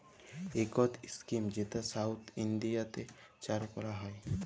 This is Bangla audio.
ইকট ইস্কিম যেট সাউথ ইলডিয়াতে চালু ক্যরা হ্যয়